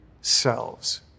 selves